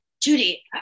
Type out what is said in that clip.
Judy